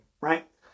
right